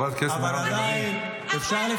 הבת שלי בכיתה ב' עושה יותר.